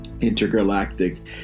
intergalactic